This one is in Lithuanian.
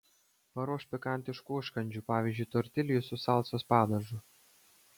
paruošk pikantiškų užkandžių pavyzdžiui tortiljų su salsos padažu